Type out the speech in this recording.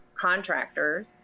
contractors